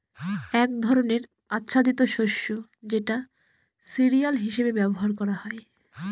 এক ধরনের আচ্ছাদিত শস্য যেটা সিরিয়াল হিসেবে ব্যবহার করা হয়